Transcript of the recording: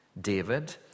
David